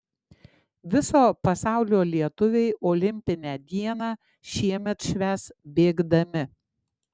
viso pasaulio lietuviai olimpinę dieną šiemet švęs bėgdami